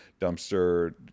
dumpster